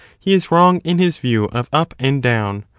he is wrong in his view of up and down.